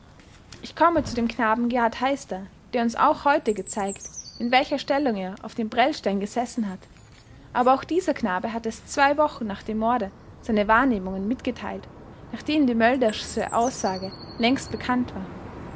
ich komme zu dem knaben gerhard heister der uns auch heute gezeigt in welcher stellung er auf dem prellstein gesessen hat aber auch dieser knabe hat erst zwei wochen nach dem morde seine wahrnehmungen mitgeteilt nachdem die mölderssche aussage längst bekannt war